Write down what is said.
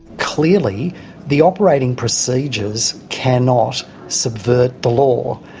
clearly the operating procedures cannot subvert the law.